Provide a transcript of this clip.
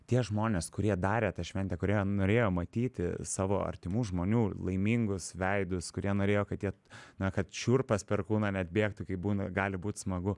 tie žmonės kurie darė tą šventę kurioje norėjo matyti savo artimų žmonių laimingus veidus kurie norėjo kad jie na kad šiurpas per kūną net bėgtų kaip būna gali būt smagu